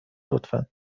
لطفا